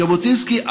ז'בוטינסקי,